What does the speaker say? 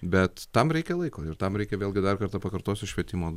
bet tam reikia laiko ir tam reikia vėlgi dar kartą pakartosiu švietimo